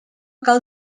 cal